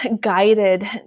guided